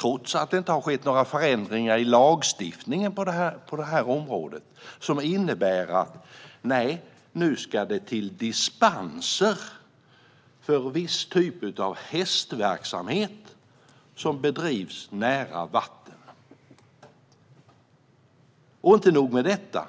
trots att det inte har skett några förändringar i lagstiftningen på detta område, som innebär att det nu ska till dispenser för en viss typ av hästverksamhet som bedrivs nära vatten. Det är inte nog med detta.